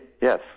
Yes